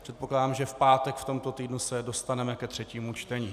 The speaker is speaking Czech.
Předpokládám, že v pátek v tomto týdnu se dostaneme ke třetímu čtení.